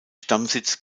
stammsitz